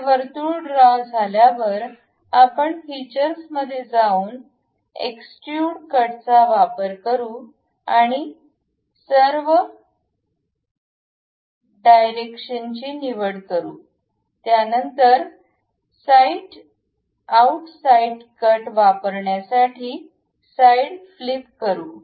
ते वर्तुळ ड्रॉ झाल्यावर आपण फीचर्समध्ये जाऊन एक्सट्रूड कट चा वापर करू आणि सर्व डाइरेक्शिन ची निवड करू त्यानंतर आऊट साईड कट करण्यासाठी साईड फ्लीप करू